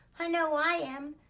i know i am.